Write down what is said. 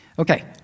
Okay